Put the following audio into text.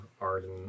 arden